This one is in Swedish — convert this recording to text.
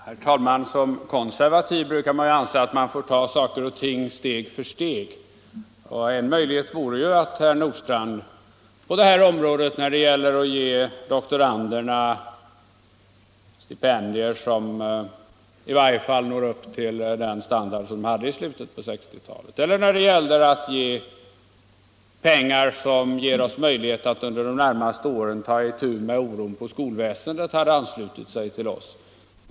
Herr talman! Som konservativ brukar man anse att man skall ta saker och ting steg för steg. En möjlighet vore ju att herr Nordstrandh på det här området — när det gäller att ge doktoranderna stipendier som i varje fall når upp till den standard som de hade i slutet av 1960-talet och när det gäller att ge pengar som gör det möjligt för oss att under de närmaste åren ta itu med oron inom skolväsendet — anslöt sig till oss.